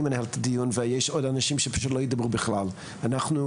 אני מנהל את הדיון ויש עוד אנשים שפשוט לא ידברו בכלל אם נמשיך,